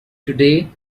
today